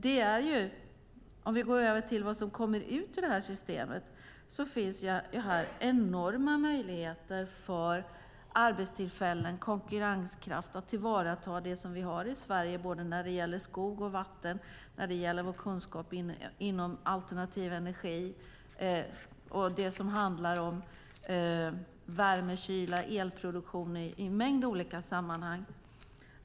För att gå över till vad som kommer ut ur det här systemet finns det enorma möjligheter till arbetstillfällen och konkurrenskraft genom att tillvarata det som vi har i Sverige när det gäller skog och vatten och vår kunskap inom alternativ energi och det som handlar om värme, kyla och elproduktion.